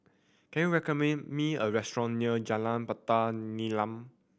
can you recommend me a restaurant near Jalan Batu Nilam